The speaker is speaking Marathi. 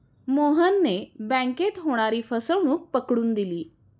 मोहनने बँकेत होणारी फसवणूक पकडून दिली